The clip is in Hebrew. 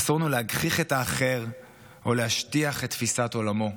אסור לנו להגחיך את האחר או להשטיח את תפיסת עולמו.